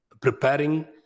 preparing